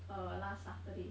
uh last saturday